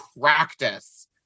practice